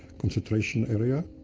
concentration area.